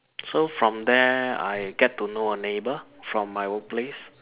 so from there I get to know a neighbour from my workplace